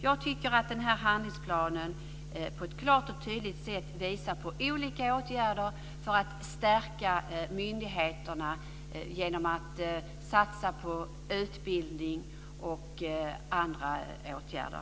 Jag tycker att handlingsplanen på ett klart och tydligt sätt visar på olika möjligheter att stärka myndigheterna genom satsningar på utbildning och andra åtgärder.